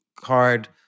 card